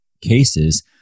cases